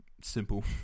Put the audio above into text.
simple